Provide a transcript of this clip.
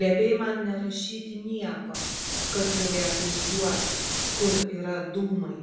liepei man nerašyti nieko kas galėtų išduoti kur yra dūmai